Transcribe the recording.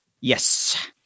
Yes